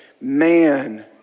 man